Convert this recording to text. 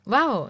Wow